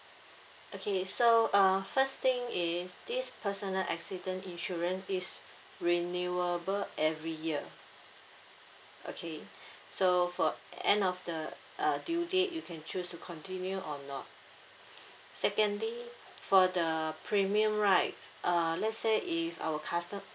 okay so uh first thing is this personal accident insurance is renewable every year okay so for end of the uh due date you can choose to continue or not secondly for the premium right uh let's say if our custom~